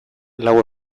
lau